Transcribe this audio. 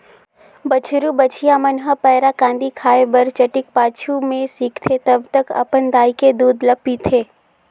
बछरु बछिया मन ह पैरा, कांदी खाए बर चटिक पाछू में सीखथे तब तक अपन दाई के दूद ल पीथे